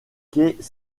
quais